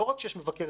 טלו קורה